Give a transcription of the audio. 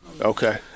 Okay